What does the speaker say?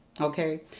okay